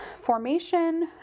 formation